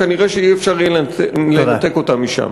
כנראה לא יהיה אפשר לנתק אותם משם.